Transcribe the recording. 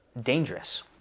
dangerous